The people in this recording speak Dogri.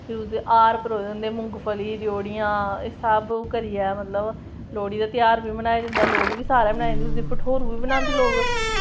फिर हार परोए जंदे मुंगफली रयोड़ियां सब ओह् करियै मतलब लोह्ड़ी दा ध्यार बी मनाया जंदा लोह्ड़ी बी सारे मनाई जंदी होर बी मनांदे लोग